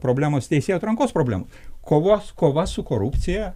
problemos teisėjų atrankos problemos kovos kova su korupcija